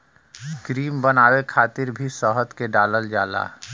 cream बनावे खातिर भी शहद के डालल जाला